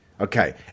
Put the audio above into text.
okay